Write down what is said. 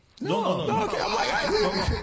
no